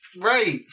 Right